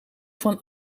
van